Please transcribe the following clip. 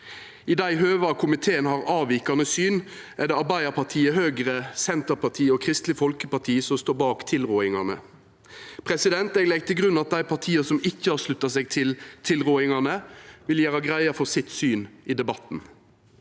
I dei høva komiteen har avvikande syn, er det Arbeidarpartiet, Høgre, Senterpartiet og Kristeleg Folkeparti som står bak tilrådingane. Eg legg til grunn at dei partia som ikkje har slutta seg til tilrådingane, vil gjera greie for sitt syn i debatten.